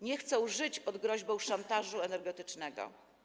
Nie chcą żyć pod groźbą szantażu energetycznego.